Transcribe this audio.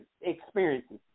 experiences